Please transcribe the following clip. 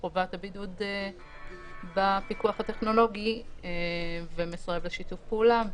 חובת הבידוד בפיקוח הטכנולוגי ומסרב לשתף פעולה,